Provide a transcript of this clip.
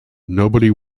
nobody